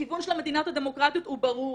הכיוון של המדינות הדמוקרטיות הוא ברור.